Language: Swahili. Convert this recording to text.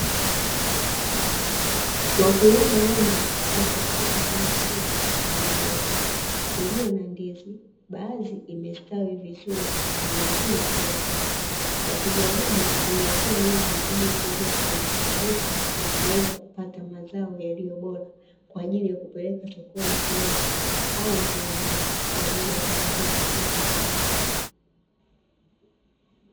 Wakulima wengi wapo katika shamba kubwa la migomba iliyo na ndizi, baadhi imestawi vizuri na mengine ikiwa bado. Wakijaribu kuiwekea miti ili isiweze kuanguka na kuweza kupata mazao yaliyo bora kwa ajili ya kupeleka sokoni kuuzwa au viwandani kwa ajili ya kuzalisha bidhaa.